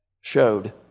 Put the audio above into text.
showed